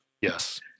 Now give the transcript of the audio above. Yes